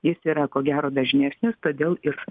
jis yra ko gero dažnesnis todėl ir